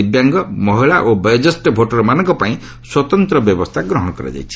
ଦିବ୍ୟାଙ୍ଗ ମହିଳା ଓ ବୟୋଜ୍ୟେଷ୍ଠ ଭୋଟରମାନଙ୍କ ପାଇଁ ସ୍ୱତନ୍ତ୍ର ବ୍ୟବସ୍ଥା ଗ୍ରହଣ କରାଯାଇଛି